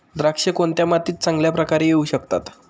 द्राक्षे कोणत्या मातीत चांगल्या प्रकारे येऊ शकतात?